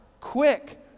Quick